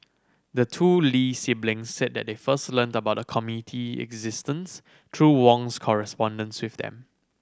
the two Lee siblings said that they first learned about the committee existence through Wong's correspondence with them